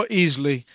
easily